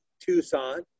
tucson